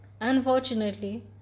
Unfortunately